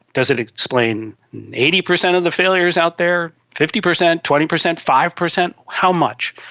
does it explain eighty percent of the failures out there, fifty percent, twenty percent, five percent? how much?